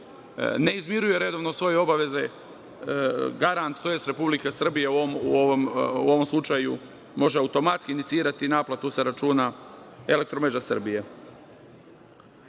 ne izmiruje redovno svoje obaveze, garant tj. Republika Srbija, u ovom slučaju, može automatski inicirati naplatu sa računa „Elektromreža